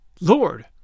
Lord